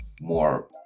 more